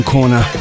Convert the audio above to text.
Corner